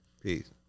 Peace